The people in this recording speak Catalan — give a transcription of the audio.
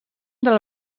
del